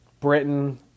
Britain